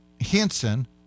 Hanson